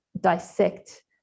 dissect